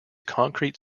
concrete